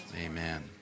Amen